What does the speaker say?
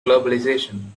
globalization